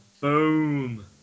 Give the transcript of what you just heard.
Boom